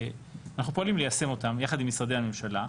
אנחנו פועלים ליישם אותם יחד עם משרדי הממשלה.